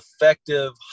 effective